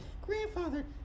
Grandfather